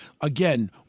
Again